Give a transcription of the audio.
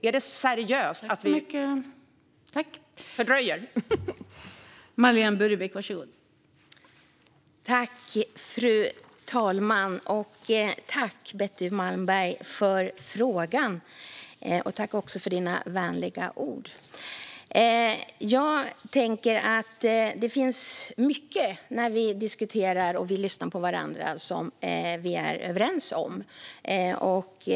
Är det seriöst att vi fördröjer detta?